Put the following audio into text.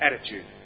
attitude